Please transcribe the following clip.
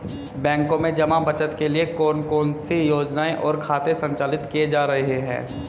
बैंकों में जमा बचत के लिए कौन कौन सी योजनाएं और खाते संचालित किए जा रहे हैं?